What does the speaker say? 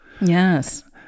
Yes